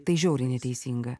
tai žiauriai neteisinga